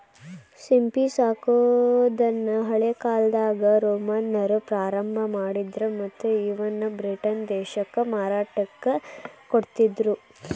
ಸಿಂಪಿ ಸಾಕೋದನ್ನ ಹಳೇಕಾಲ್ದಾಗ ರೋಮನ್ನರ ಪ್ರಾರಂಭ ಮಾಡಿದ್ರ ಮತ್ತ್ ಇವನ್ನ ಬ್ರಿಟನ್ ದೇಶಕ್ಕ ಮಾರಾಟಕ್ಕ ಕೊಡ್ತಿದ್ರು